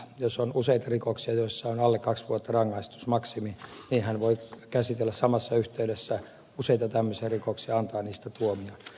jos on useita rikoksia joissa on alle kaksi vuotta rangaistusmaksimi niin hän voi käsitellä samassa yhteydessä useita tämmöisiä rikoksia antaa niistä tuomion